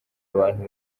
abantu